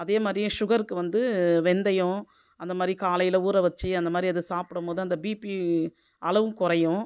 அதே மாதிரியே சுகர்க்கு வந்து வெந்தயம் அந்தமாதிரி காலையில் ஊற வச்சு அந்தமாதிரி அதை சாப்பிடும்போது அந்த பிபி அளவும் குறையும்